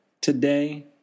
today